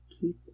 Keith